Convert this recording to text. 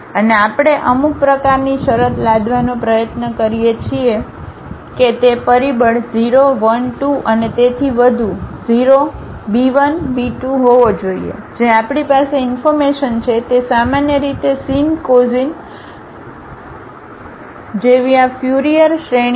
અને આપણે અમુક પ્રકારની શરત લાદવાનો પ્રયત્ન કરીએ છીએ કે તે પરિબળ 0 1 2 અને તેથી વધુ 0 બી 1 બી 2 હોવો જોઈએ જે આપણી પાસે ઇન્ફોર્મેશન છે તે સામાન્ય રીતેsin cosin જેવી આ ફ્યુરિયર શ્રેણી છે